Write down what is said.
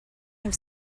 have